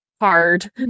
hard